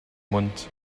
mund